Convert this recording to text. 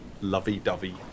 lovey-dovey